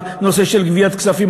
בנושא של גביית כספים,